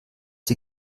die